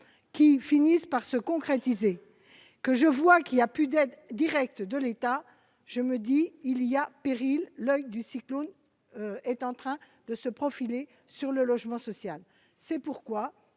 qui finissent par se concrétiser que je vois qu'il y a plus d'aides directes de l'État, je me dis il y a péril l'oeil du cyclone est en train de se profiler sur le logement social, c'est pourquoi,